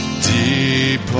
Deep